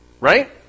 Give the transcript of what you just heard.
right